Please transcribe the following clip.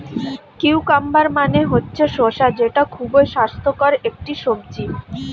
cucumber মানে হচ্ছে শসা যেটা খুবই স্বাস্থ্যকর একটি সবজি